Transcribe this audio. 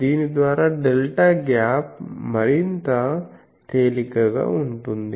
దీని ద్వారా delta gap మరింత తేలికగా ఉంటుంది